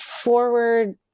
forward